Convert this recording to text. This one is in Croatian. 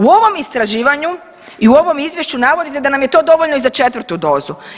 U ovom istraživanju i u ovom izvješću navodite da nam je to dovoljno i za 4 dozu.